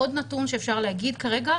עוד נתון שאפשר להגיד כרגע,